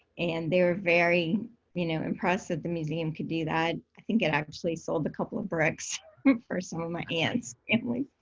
and they're very you know impressed that the museum could do that. i think it actually sold a couple of bricks for some of my aunt's family.